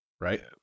Right